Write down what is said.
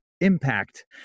impact